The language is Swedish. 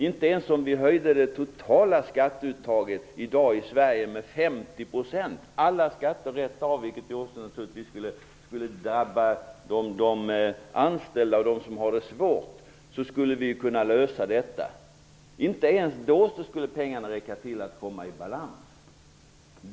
Inte ens om vi höjde det totala skatteuttaget i Sverige i dag med 50 %-- och då menar jag alla skatter rakt av, vilket naturligtvis också skulle drabba de anställda och dem som har det svårt -- skulle vi kunna lösa detta. Inte ens då skulle pengarna räcka till att komma i balans!